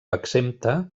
exempta